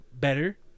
better